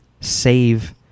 save